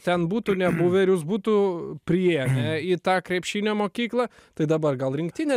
ten būtų nebuvę ir jus būtų priėmę į tą krepšinio mokyklą tai dabar gal rinktinė